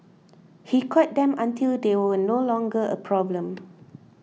he caught them until they were no longer a problem